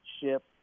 ship